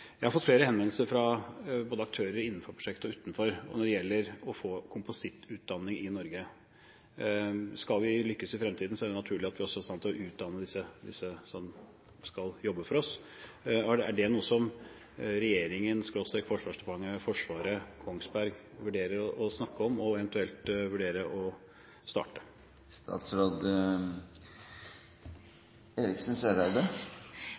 Jeg har fått flere henvendelser fra aktører både innenfor prosjektet og utenfor når det gjelder å få komposittutdanning i Norge. Skal vi lykkes i fremtiden, er det naturlig at vi også er i stand til å utdanne dem som skal jobbe for oss. Er det noe som regjeringen, Forsvarsdepartementet, Forsvaret eller Kongsberg vurderer å snakke om, og eventuelt vurderer å starte?